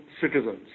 citizens